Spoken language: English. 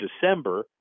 December